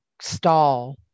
stall